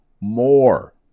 more